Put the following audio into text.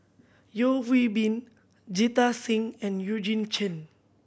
Yeo Hwee Bin Jita Singh and Eugene Chen